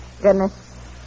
Goodness